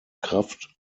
kraft